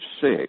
six